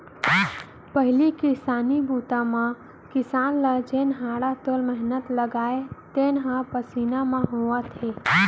पहिली किसानी बूता म किसान ल जेन हाड़ा तोड़ मेहनत लागय तेन ह मसीन म होवत हे